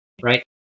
Right